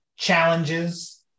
challenges